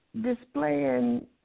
displaying